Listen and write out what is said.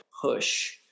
push